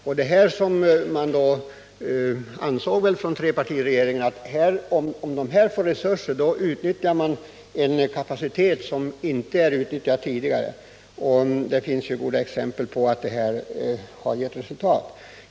Trepartiregeringen ansåg att man, om dessa organisationer ges resurser för de här aktuella uppgifterna, kan utnyttja en kapacitet som inte tagits i anspråk tidigare. Det finns också goda exempel på att man kan nå resultat på detta område.